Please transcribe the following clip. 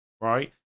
right